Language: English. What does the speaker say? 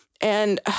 And-